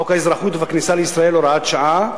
חוק האזרחות והכניסה לישראל (הוראת שעה),